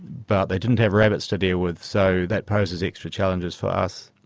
but they didn't have rabbits to deal with, so that poses extra challenges for us.